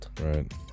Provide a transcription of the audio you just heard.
right